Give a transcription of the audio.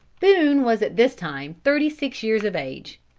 boone was at this time thirty-six years of age.